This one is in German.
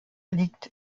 liegt